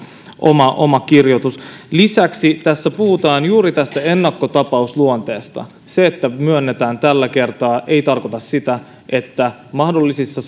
oma oma kirjoitus lisäksi tässä puhutaan juuri tästä ennakkotapausluonteesta se että myönnetään tällä kertaa ei tarkoita sitä että mahdollisissa